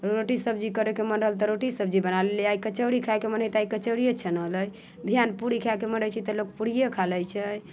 रोटी सब्जी करैके मन रहल तऽ रोटिए सब्जी बना लेली आइ कचौड़ी खायके मन रहल तऽ आइ कचोड़िए छनेलै पूरी खायके मन रहैत छै तऽ लोक पूरिए खा लै छै